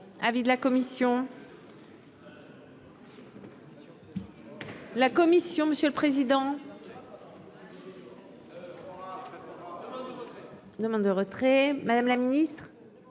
avis de la commission. La commission, monsieur le président. Demande de retrait, Madame la Ministre,